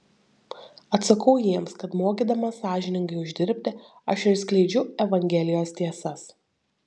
atsakau jiems kad mokydamas sąžiningai uždirbti aš ir skleidžiu evangelijos tiesas